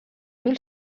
mil